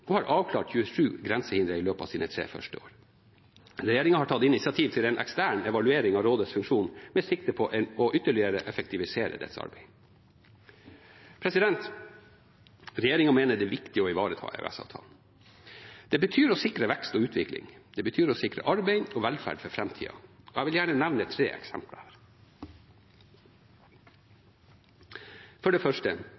og har avklart 27 grensehindre i løpet av sine tre første år. Regjeringen har tatt initiativ til en ekstern evaluering av rådets funksjon, med sikte på ytterligere å effektivisere dets arbeid. Regjeringen mener det er viktig å ivareta EØS-avtalen. Det betyr å sikre vekst og utvikling. Det betyr å sikre arbeid og velferd for framtida. Jeg vil gjerne nevne tre eksempler.